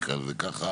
נקרא לזה ככה,